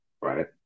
Right